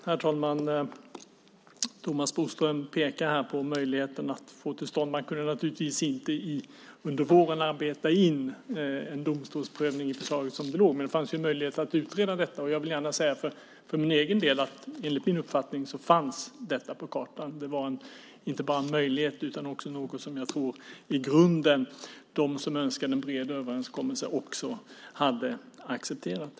Herr talman! Thomas Bodström pekar här på möjligheten att få detta till stånd. Man kunde naturligtvis inte under våren arbeta in en domstolsprövning i förslaget som det förelåg, men det fanns ju en möjlighet att utreda detta. Jag vill gärna säga, för min egen del, att enligt min uppfattning fanns detta på kartan. Det var inte bara en möjlighet utan också någonting som jag tror att de som önskade en bred överenskommelse i grunden också hade accepterat.